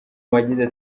bagize